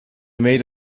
made